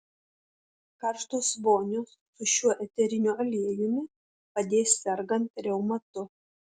karštos vonios su šiuo eteriniu aliejumi padės sergant reumatu